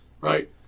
Right